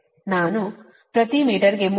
ನಾನು ಪ್ರತಿ ಮೀಟರ್ಗೆ mho ಅನ್ನು ಬಳಸುತ್ತೇನೆ